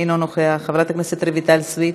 אינו נוכח, חברת הכנסת רויטל סויד,